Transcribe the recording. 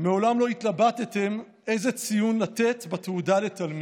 מעולם לא התלבטתם איזה ציון לתת בתעודה לתלמיד.